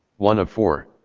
one of four.